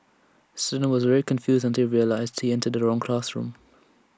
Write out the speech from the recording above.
student was very confused until he realised he entered the wrong classroom